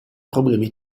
problemi